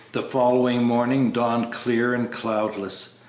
the following morning dawned clear and cloudless,